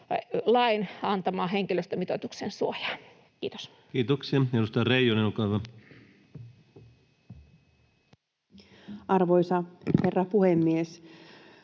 lain antamaa henkilöstömitoituksen suojaa. — Kiitos. Kiitoksia. — Edustaja Reijonen, olkaa hyvä. Arvoisa herra puhemies!